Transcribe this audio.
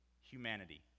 humanity